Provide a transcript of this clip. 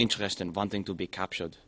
interest in wanting to be captured